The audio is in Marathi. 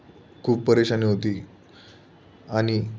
खूप परेशानी होती आणि